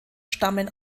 stammen